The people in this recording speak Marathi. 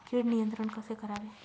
कीड नियंत्रण कसे करावे?